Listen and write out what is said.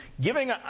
giving